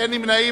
אין נמנעים.